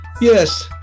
Yes